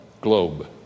globe